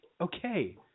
Okay